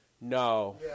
No